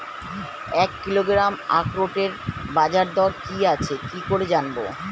এক কিলোগ্রাম আখরোটের বাজারদর কি আছে কি করে জানবো?